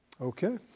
okay